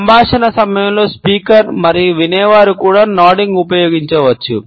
సంభాషణ సమయంలో స్పీకర్ మరియు వినేవారు కూడా నోడింగ్ ఉపయోగించవచ్చు